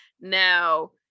now